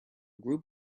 group